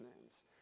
names